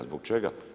Zbog čega?